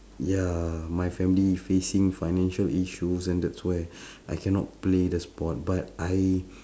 ya my family facing financial issues and that's why I cannot play the sport but I